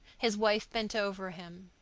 his wife bent over him.